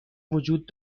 وجود